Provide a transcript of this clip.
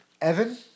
Evan